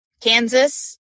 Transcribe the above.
Kansas